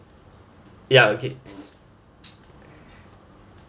yeah okay